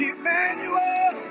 Emmanuel